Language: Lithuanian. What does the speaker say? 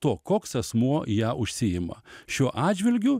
to koks asmuo ja užsiima šiuo atžvilgiu